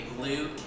blue